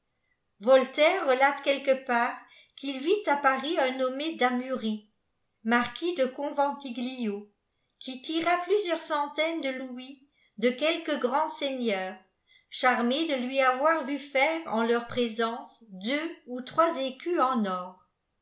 yollairp rplate quelque part qu'il vit à paris un nominé da mûri marquis de conventiglio qui lira plusieurs centaines dp loijis de quelques grands seigneurs charmés de lui avoir vu aîjp en leur présence deux ou trois écus en or